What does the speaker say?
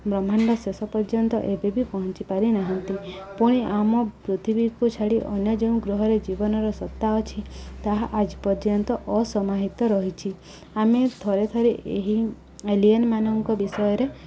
ବ୍ରହ୍ମାଣ୍ଡ ଶେଷ ପର୍ଯ୍ୟନ୍ତ ଏବେ ବି ପହଞ୍ଚି ପାରି ନାହାନ୍ତି ପୁଣି ଆମ ପୃଥିବୀକୁ ଛାଡ଼ି ଅନ୍ୟ ଯେଉଁ ଗ୍ରହରେ ଜୀବନର ସତ୍ତା ଅଛି ତାହା ଆଜି ପର୍ଯ୍ୟନ୍ତ ଅସମାହିତ ରହିଛି ଆମେ ଥରେ ଥରେ ଏହି ଏଲିଏନମାନଙ୍କ ବିଷୟରେ